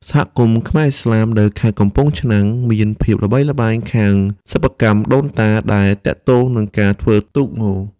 សហគមន៍ខ្មែរឥស្លាមនៅខេត្តកំពង់ឆ្នាំង មានភាពល្បីល្បាញខាងសិប្បកម្មដូនតាដែលទាក់ទងនឹងការធ្វើទូកង។